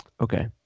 Okay